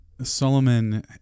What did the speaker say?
Solomon